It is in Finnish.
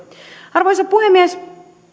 arvoisa puhemies